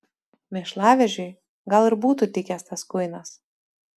mėšlavežiui gal ir būtų tikęs tas kuinas